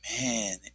man